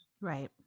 Right